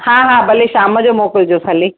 हा हा भले शाम जो मोकिलिजोसि हले